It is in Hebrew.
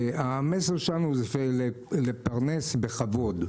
והמסר שלנו זה לפרנס בכבוד.